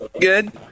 Good